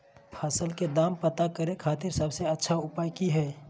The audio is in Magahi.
फसल के दाम पता करे खातिर सबसे अच्छा उपाय की हय?